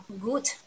good